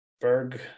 Berg